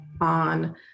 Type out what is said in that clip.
on